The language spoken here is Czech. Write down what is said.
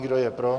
Kdo je pro?